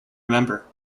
remember